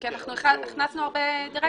שלא יהיה נציגות, כי אנחנו הכנסנו הרבה דירקטורים.